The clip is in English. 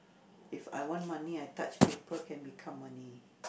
if I want money I touch paper can become money